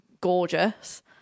gorgeous